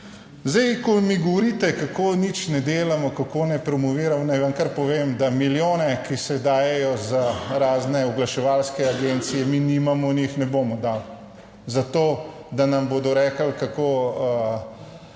ko mi govorite, kako nič ne delamo, kako ne promoviramo, naj vam kar povem, da milijone, ki se dajejo za razne oglaševalske agencije mi nimamo in jih ne bomo dali za to, da nam bodo rekli, kako